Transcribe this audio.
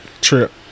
trip